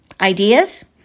Ideas